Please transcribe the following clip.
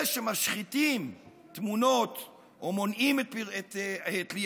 אלה שמשחיתים תמונות או מונעים את תלייתן,